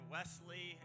Wesley